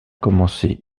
commencé